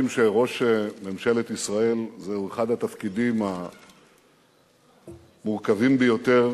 אומרים שראש ממשלת ישראל זהו אחד התפקידים המורכבים ביותר